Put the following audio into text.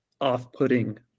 off-putting